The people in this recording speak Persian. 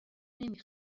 نمی